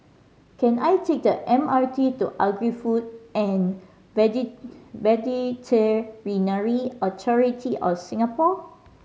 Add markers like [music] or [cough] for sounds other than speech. can I take the M R T to Agri Food and [unintelligible] Authority of Singapore